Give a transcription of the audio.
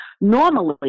Normally